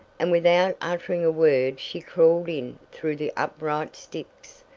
and without uttering a word she crawled in through the upright sticks,